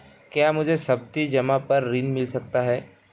क्या मुझे सावधि जमा पर ऋण मिल सकता है?